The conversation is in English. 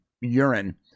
urine